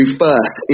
first